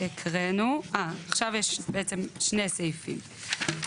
עכשיו יש שני סעיפים,